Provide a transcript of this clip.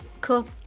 Cool